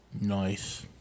Nice